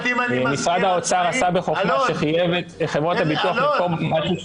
משרד האוצר עשה בחוכמה כשחייב את חברות הביטוח --- אלון,